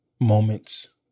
moments